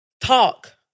talk